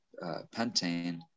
pentane